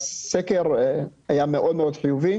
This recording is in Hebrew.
הסקר היה מאוד מאוד חיובי.